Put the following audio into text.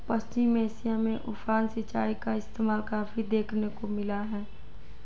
पश्चिम Asia में उफान सिंचाई का इस्तेमाल काफी देखने को मिलता है